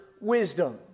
wisdom